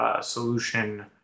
solution